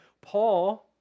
Paul